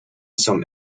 some